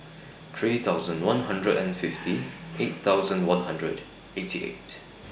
three thousand one hundred and fifty eight thousand one hundred eighty eight